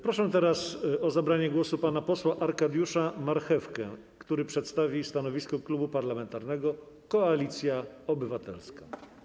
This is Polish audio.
Proszę teraz o zabranie głosu pana posła Arkadiusza Marchewkę, który przedstawi stanowisko Klubu Parlamentarnego Koalicja Obywatelska.